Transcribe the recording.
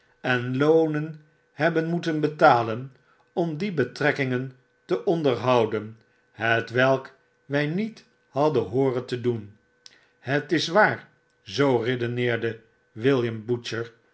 en iponen hbben moeten betalen om die betrekkingen te onderhouden hetwelk wy niet hadden behooren te doen het is waar zoo redeneerde william